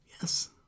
Yes